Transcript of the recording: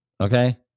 okay